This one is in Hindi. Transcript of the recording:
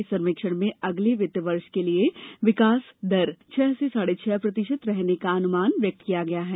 इस सर्वेक्षण में अगले वित्त वर्ष के लिए विकास दर छह से साढ़े छह प्रतिशत रहने का अनुमान व्यक्त किया गया है